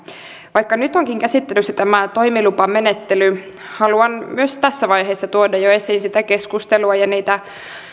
vaikka nyt onkin käsittelyssä tämä toimilupamenettely haluan myös tässä vaiheessa tuoda jo esiin sitä keskustelua ja niitä